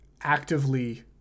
actively